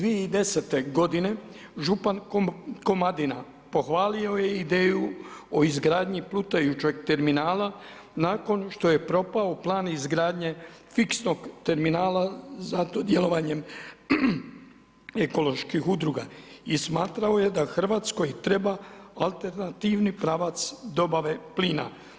2010. g. župan Komadina pohvalio je ideju o izgradnji plutajućeg terminala nakon što je propao plan izgradnje fiksnog terminala za to djelovanjem ekoloških udruga i smatrao je da Hrvatskoj treba alternativni pravac dobave plina.